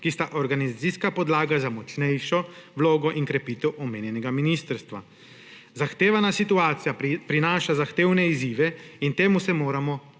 ki sta organizacijska podlaga za močnejšo vlogo in krepitev omenjenega ministrstva. Zahtevana situacija prinaša zahtevne izzive in temu se moramo